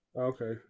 Okay